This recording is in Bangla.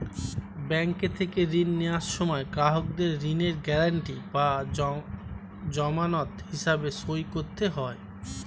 ব্যাংক থেকে ঋণ নেওয়ার সময় গ্রাহকদের ঋণের গ্যারান্টি বা জামানত হিসেবে সই করতে হয়